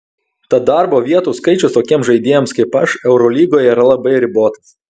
tad darbo vietų skaičius tokiems žaidėjams kaip aš eurolygoje yra labai ribotas